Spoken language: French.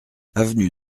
avenue